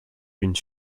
une